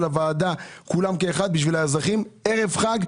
הוועדה כולם כאחד בשביל האזרחים ערב חג,